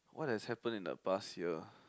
what has happened in the past year